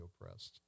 oppressed